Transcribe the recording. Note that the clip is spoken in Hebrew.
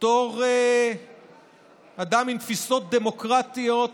בתור אדם עם תפיסות דמוקרטיות,